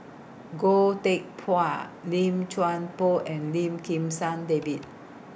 Goh Teck Phuan Lim Chuan Poh and Lim Kim San David